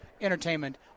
Entertainment